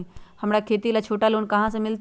हमरा खेती ला छोटा लोने कहाँ से मिलतै?